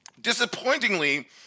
Disappointingly